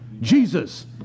Jesus